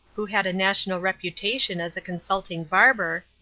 who had a national reputation as a consulting barber,